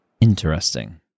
Interesting